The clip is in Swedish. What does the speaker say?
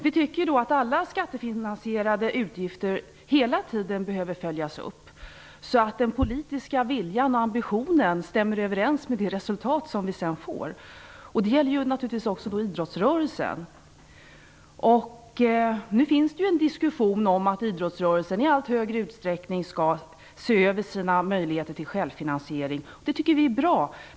Vi tycker att alla skattefinansierade utgifter hela tiden behöver följas upp, så att den politiska viljan och ambitionen stämmer överens med det resultat som vi sedan får. Det gäller naturligtvis också idrottsrörelsen. Nu förs en diskussion om att idrottsrörelsen i allt större utsträckning skall se över sina möjligheter till självfinansiering. Det tycker vi är bra.